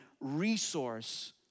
resource